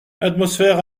atmosphère